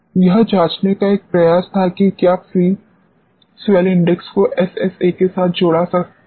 यह जांचने का एक प्रयास था कि क्या फ्री स्वेल्ल इंडेक्स को एसएसए के साथ जोड़ा जा सकता है